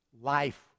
life